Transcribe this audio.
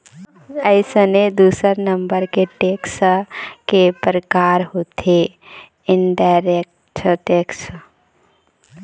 अइसने दूसर नंबर के टेक्स के परकार होथे इनडायरेक्ट टेक्स